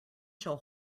shall